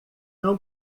não